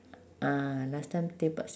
ah last time tepak s~